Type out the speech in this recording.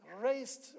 raised